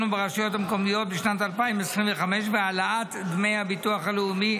וברשויות מקומיות בשנת 2025 והעלאת דמי הביטוח הלאומי),